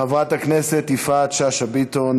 חברת הכנסת יפעת שאשא ביטון,